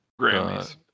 Grammys